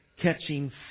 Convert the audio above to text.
catching